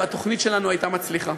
והתוכנית שלנו הייתה מצליחה.